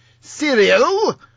...Cereal